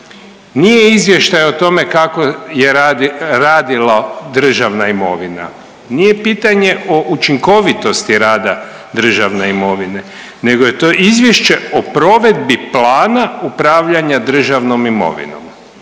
nije izvještaj o tome kako je radila Državna imovina, nije pitanje o učinkovitosti rada Državne imovine nego je to Izvješće o provedbi plana upravljanja državnom imovinom